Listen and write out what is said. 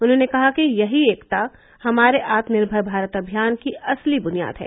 उन्होंने कहा कि यही एकता हमारे आत्मनिर्भर भारत अभियान की असली बुनियाद है